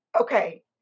Okay